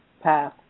path